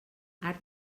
arc